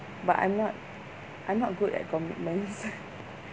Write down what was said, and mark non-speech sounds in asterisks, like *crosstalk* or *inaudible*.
but I'm not I'm not good at commitments *laughs*